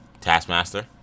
Taskmaster